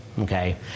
okay